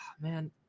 man